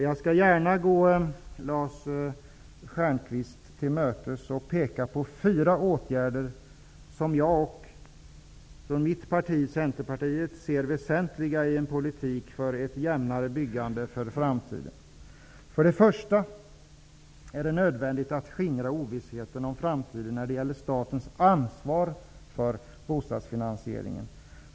Jag skall gärna gå Lars Stjernkvist till mötes och peka på fyra åtgärder som jag och det parti som jag tillhör, Centerpartiet, ser som väsentliga i en politik för ett jämnare byggande för framtiden. För det första: Det är nödvändigt att skingra ovissheten om framtiden när det gäller statens ansvar för bostadsfinaniseringen.